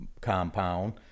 compound